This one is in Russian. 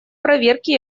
проверки